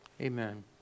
Amen